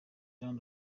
jean